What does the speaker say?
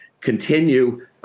continue